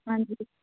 ਹਾਂਜੀ